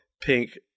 pink